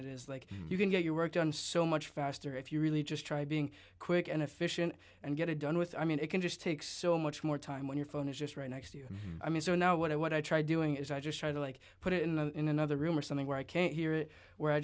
it is like you can get your work done so much faster if you really just try being quick and if and get it done with i mean it can just take so much more time when your phone is just right next to you i mean so now what i what i try doing is i just try to like put it in another room or something where i can hear it where i